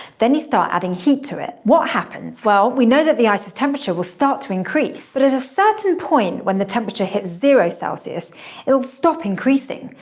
then you start adding heat to it. what happens? well, we know that the ice's temperature will start to increase. but at a certain point when the temperature hits zero celsius it'll stop increasing.